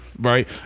Right